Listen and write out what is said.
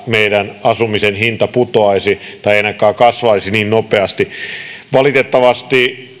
meidän asumisen hinta putoaisi tai ei ainakaan kasvaisi niin nopeasti valitettavasti